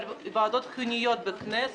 אבל ועדות חיוניות בכנסת,